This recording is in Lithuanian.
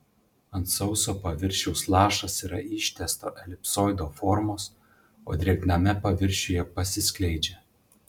ant sauso paviršiaus lašas yra ištęsto elipsoido formos o drėgname paviršiuje pasiskleidžia